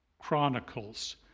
chronicles